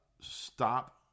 stop